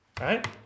right